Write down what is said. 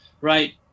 right